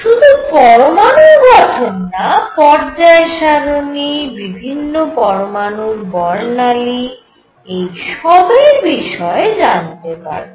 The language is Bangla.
শুধু পরমাণুর গঠন না পর্যায় সারণি বিভিন্ন পরমাণুর বর্ণালী এই সবের বিষয়ে জানতে পারব